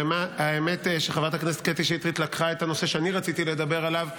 האמת שחברת הכנסת קטי שטרית לקחה את הנושא שאני רציתי לדבר עליו.